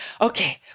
Okay